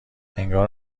انگار